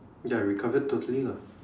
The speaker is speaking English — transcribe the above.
ya recovered totally lah